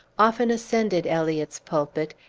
often ascended eliot's pulpit,